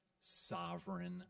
sovereign